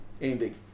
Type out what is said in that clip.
Ending